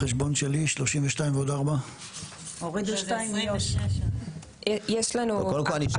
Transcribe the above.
החשבון שלי 32 ועוד 4. קודם כל,